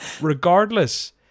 Regardless